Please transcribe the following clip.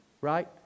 Right